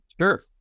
Sure